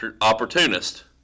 opportunist